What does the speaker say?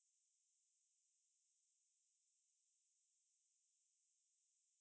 அது அந்தமாரி தனித்து என்னால சொல்ல முடியல:athu anthamaari thanithu ennaala solla mudiyala but I think err